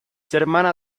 hermana